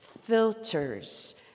filters